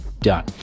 Done